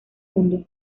mundo